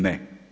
Ne.